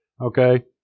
okay